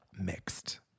mixed